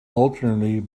alternatively